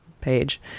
Page